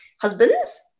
Husbands